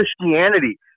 Christianity